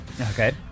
okay